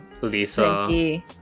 Lisa